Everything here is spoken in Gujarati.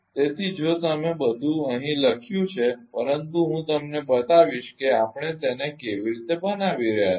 તેથી જો તમે બધું અહીં લખ્યું છે પરંતુ હું તમને બતાવીશ કે આપણે તેને કેવી રીતે બનાવી રહ્યા છીએ